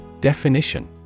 Definition